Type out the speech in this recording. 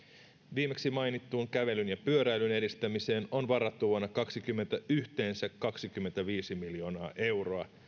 viimeksi mainittuun kävelyn ja pyöräilyn edistämiseen on varattu vuonna kaksituhattakaksikymmentä yhteensä kaksikymmentäviisi miljoonaa euroa